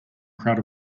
crowd